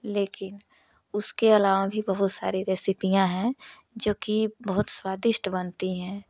लेकिन उसके आलवा भी बहुत सारी रेसीपियाँ हैं जो कि बहुत स्वादिष्ट बनती हैं